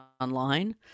online